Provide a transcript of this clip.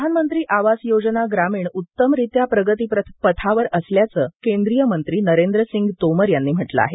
प्रधानमंत्री आवास योजना ग्रामीण उत्तमरित्या प्रगतीपथावर असल्याचं केंद्रीय मंत्री नरेंद्र सिंग तोमर यांनी म्हटलं आहे